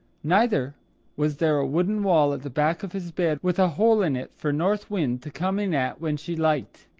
neither was there a wooden wall at the back of his bed with a hole in it for north wind to come in at when she liked.